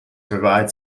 provide